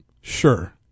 Sure